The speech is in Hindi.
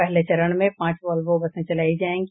पहले चरण में पांच वॉल्वो बसे चलायी जायेंगी